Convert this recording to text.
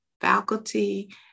faculty